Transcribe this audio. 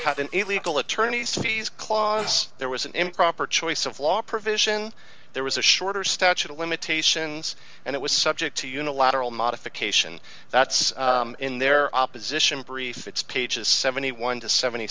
it illegal attorneys fees clause there was an improper choice of law provision there was a shorter statute of limitations and it was subject to unilateral modification that's in their opposition brief it's pages seventy one dollars to seventy